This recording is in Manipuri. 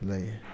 ꯂꯩ